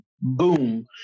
boom